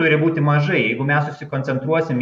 turi būti mažai jeigu mes susikoncentruosim